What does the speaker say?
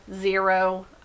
Zero